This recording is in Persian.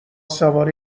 سوار